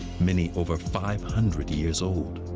many over five hundred years old.